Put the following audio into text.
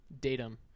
datum